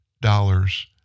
dollars